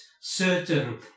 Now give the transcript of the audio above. certain